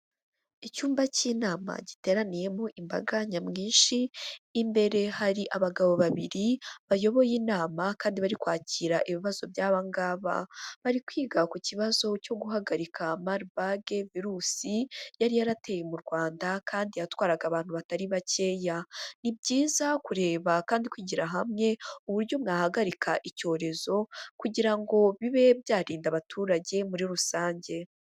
Icyumba cy'inama giteraniyemo imbaga nyamwinshi, imbere hari abagabo babiri bayoboye inama, kandi bari kwakira ibibazo byaba ngaba, bari kwiga ku kibazo cyo guhagarika Marburg virusi, yari yarateye mu Rwanda, kandi yatwaraga abantu batari bakeya, ni byiza kureba kandi kwigira hamwe uburyo mwahagarika icyorezo kugira ngo bibe byanda abaturage muri rusange.